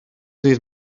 ddydd